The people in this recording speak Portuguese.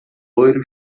loiro